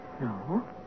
No